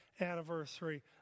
anniversary